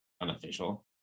unofficial